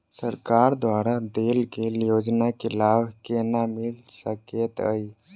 सरकार द्वारा देल गेल योजना केँ लाभ केना मिल सकेंत अई?